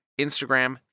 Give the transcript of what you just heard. Instagram